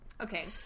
okay